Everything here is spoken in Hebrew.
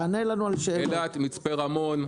אילת, מצפה רמון.